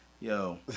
Yo